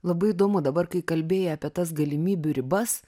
labai įdomu dabar kai kalbėjai apie tas galimybių ribas